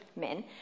men